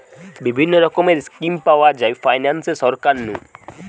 বিভিন্ন রকমের স্কিম পাওয়া যায় ফাইনান্সে সরকার নু